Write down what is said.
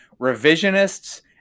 revisionists